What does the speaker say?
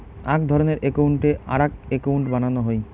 আক ধরণের একউন্টকে আরাক একউন্ট বানানো হই